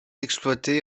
exploitée